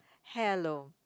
hello